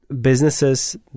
businesses